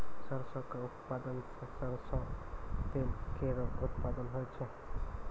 सरसों क उत्पादन सें सरसों तेल केरो उत्पादन होय छै